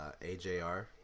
AJR